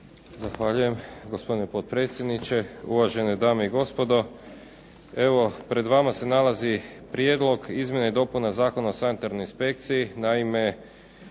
Zahvaljujem, gospodine potpredsjedniče. Uvažene dame i gospodo. Evo pred vama se nalazi prijedlog izmjena i dopuna Zakona o sanitarnoj inspekciji.